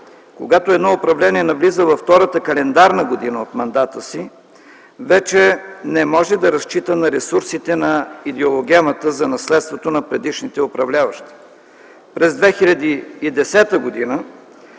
Когато едно управление навлиза във втората календарна година от мандата си, вече не може да разчита на ресурсите на идеологемата за наследството на предишните управляващи. През 2010 г.